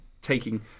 taking